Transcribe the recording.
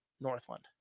northland